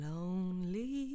Lonely